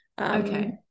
Okay